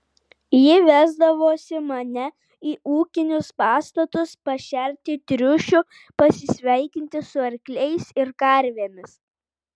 ji vesdavosi mane į ūkinius pastatus pašerti triušių pasisveikinti su arkliais ir karvėmis